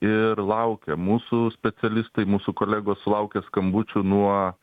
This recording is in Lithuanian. ir laukia mūsų specialistai mūsų kolegos sulaukia skambučių nuo